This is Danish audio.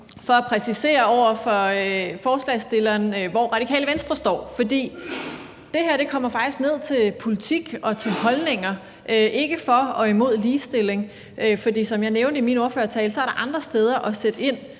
for at præcisere over for forslagsstilleren, hvor Radikale Venstre står. For det her kommer faktisk ned til politik og til holdninger, ikke for og imod ligestilling, for som jeg nævnte i min ordførertale, er der andre steder at sætte ind,